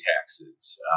taxes